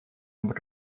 able